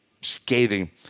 scathing